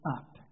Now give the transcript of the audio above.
up